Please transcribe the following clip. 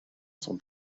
sont